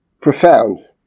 Profound